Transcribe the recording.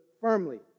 firmly